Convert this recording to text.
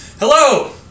Hello